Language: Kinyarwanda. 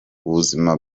ubuzima